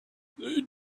they